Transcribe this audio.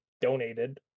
donated